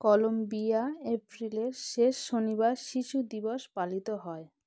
Colombia এপ্রিলের শেষ শনিবার শিশু দিবস পালিত হয়